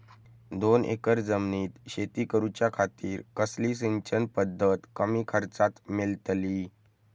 दोन एकर जमिनीत शेती करूच्या खातीर कसली सिंचन पध्दत कमी खर्चात मेलतली?